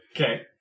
Okay